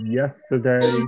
yesterday